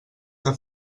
que